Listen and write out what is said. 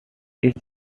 each